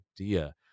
idea